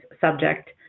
subject